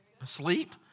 Asleep